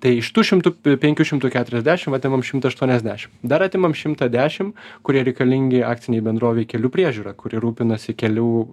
tai iš tų šimtų penkių šimtų keturiasdešim atimam šimtą aštuoniasdešim dar atimam šimtą dešim kurie reikalingi akcinei bendrovei kelių priežiūra kuri rūpinasi kelių